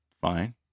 fine